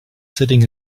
sitting